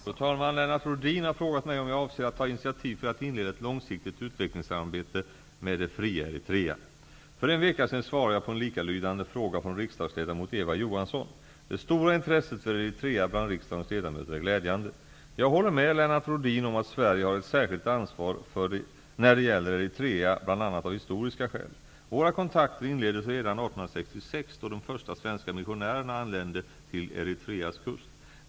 Fru talman! Lennart Rohdin har frågat mig om jag avser att ta initiativ för att inleda ett långsiktigt utvecklingssamarbete med det fria Eritrea. För en vecka sedan svarade jag på en likalydande fråga från riksdagsledamot Eva Johansson. Det stora intresset för Eritrea bland riksdagens ledamöter är glädjande. Jag håller med Lennart Rohdin om att Sverige har ett särskilt ansvar när de gäller Eritrea, bl.a. av historiska skäl. Våra kontakter inleddes redan 1866 Eritreas kust.